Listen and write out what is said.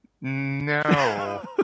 No